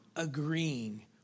Agreeing